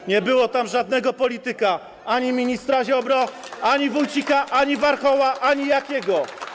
to nie było tam żadnego polityka: ani ministra Ziobry, ani Wójcika, ani Warchoła, ani Jakiego.